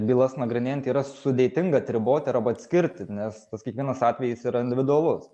bylas nagrinėjant yra sudėtinga atriboti arba atskirti nes tas kiekvienas atvejis yra individualus